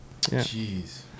Jeez